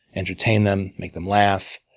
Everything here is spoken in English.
entertain them, make them laugh,